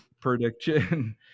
prediction